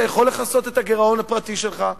אתה יכול לכסות את הגירעון הפרטי שלך,